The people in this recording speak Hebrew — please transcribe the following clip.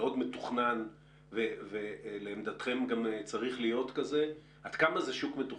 מאוד מתוכנן ולעמדתכם גם צריך להיות כזה - עד כמה זה שוק מתוכנן?